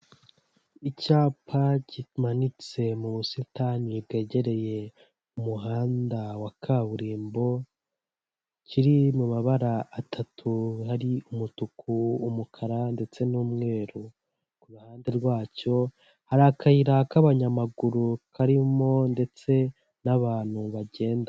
Icyapa kimanitse mu busitani bwegereye umuhanda wa kaburimbo, kiri mu mabara atatu hari umutuku, umukara ndetse n'umweru. Kuhande rwacyo hari akayira k'abanyamaguru karimo ndetse n'abantu bagenda.